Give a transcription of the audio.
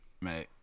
Man